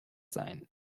sein